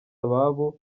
ababo